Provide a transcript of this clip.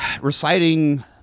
reciting